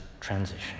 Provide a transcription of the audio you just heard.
transition